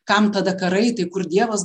kam tada karai tai kur dievas